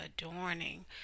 adorning